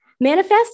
Manifest